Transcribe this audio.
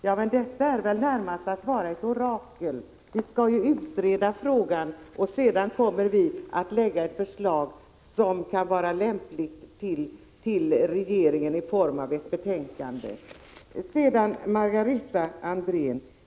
Ja, men det är väl närmast att vara ett orakel. Vi skall ju först utreda frågan. Sedan kommer vi att presentera ett lämpligt förslag till regeringen i form av ett betänkande. Sedan till Margareta Andrén.